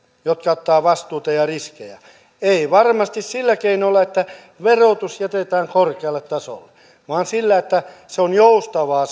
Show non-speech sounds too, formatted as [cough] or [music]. jotka ottavat vastuuta ja riskejä ei varmasti sillä keinolla että verotus jätetään korkealle tasolle vaan sillä että se sukupolvenvaihdos on joustavaa [unintelligible]